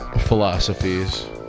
philosophies